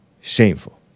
Shameful